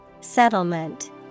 Settlement